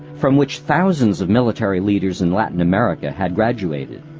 from which thousands of military leaders in latin america had graduated.